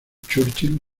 churchill